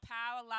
power